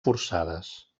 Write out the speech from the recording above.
forçades